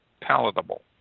palatable